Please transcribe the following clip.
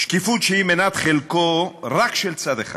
שקיפות שהיא מנת חלקו רק של צד אחד,